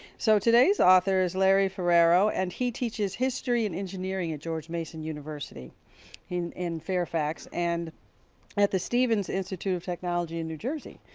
so today's author is larrie ferreiro, and he teaches history and engineering at george mason university in fairfax. and at the stevens institute of technology in new jersey.